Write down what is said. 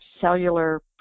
cellular